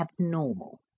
abnormal